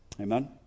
Amen